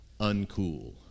uncool